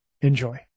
Enjoy